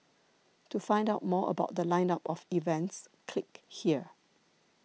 to find out more about The Line up of events click here